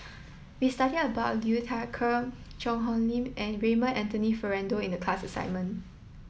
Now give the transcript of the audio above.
we studied about Liu Thai Ker Cheang Hong Lim and Raymond Anthony Fernando in the class assignment